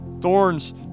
Thorns